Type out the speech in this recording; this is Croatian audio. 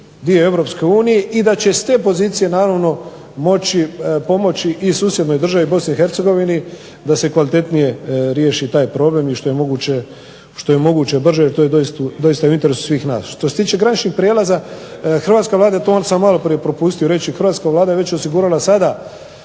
dio Europske unije i da će i s te pozicije naravno moći pomoći i susjednoj državi Bosni i Hercegovini da se kvalitetnije riješi taj problem i što je moguće brže, jer to je doista u interesu svih nas. Što se tiče graničnih prijelaza hrvatska Vlada je, to sam malo prije propustio reći, hrvatska Vlada je već osigurala sada